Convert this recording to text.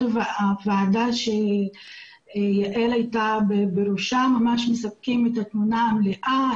הוועדה שיעל הייתה בראשה ממש מספקים את התמונה המלאה,